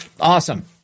Awesome